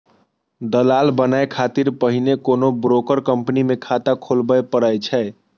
दलाल बनै खातिर पहिने कोनो ब्रोकर कंपनी मे खाता खोलबय पड़ै छै